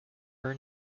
her